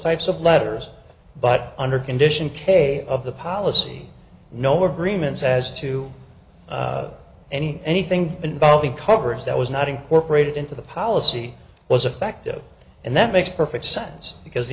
types of letters but under condition k of the policy no agreements as to any anything involving coverage that was not incorporated into the policy was affected and that makes perfect sense because